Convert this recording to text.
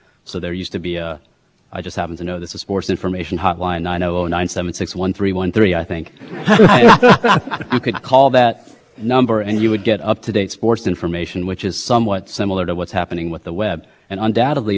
number and you would get up to date source information which is somewhat similar to what's happening with the web and undoubtedly there were there was information processing going on in the background and made sure that that call got completed so that the initiator could get the information isn't that similar to what's going on